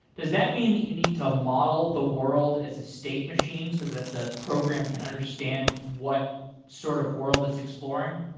does that mean that you need to model the world as a state machine so that the program can understand what sort of world it's exploring?